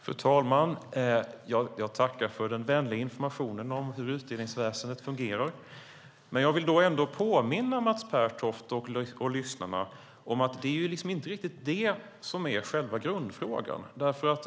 Fru talman! Jag tackar för den vänliga informationen om hur utredningsväsendet fungerar. Jag vill ändå påminna Mats Pertoft och lyssnarna om att det inte är riktigt det som är själva grundfrågan.